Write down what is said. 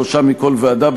שלושה מכל ועדה,